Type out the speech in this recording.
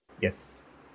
yes